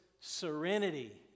Serenity